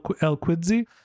El-Quidzi